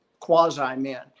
quasi-men